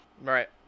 right